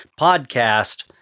podcast